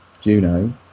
Juno